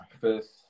first